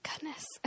Goodness